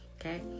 Okay